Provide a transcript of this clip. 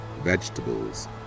vegetables